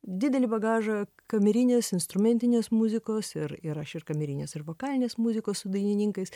didelį bagažą kamerinės instrumentinės muzikos ir ir aš ir kamerinės ir vokalinės muzikos su dainininkais